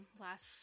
Last